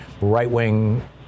right-wing